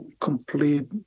complete